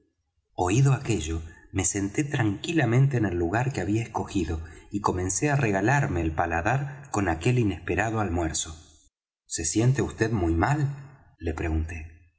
oído aquello me senté tranquilamente en el lugar que había escogido y comencé á regalarme el paladar con aquel inesperado almuerzo se siente vd muy mal le pregunté